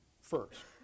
first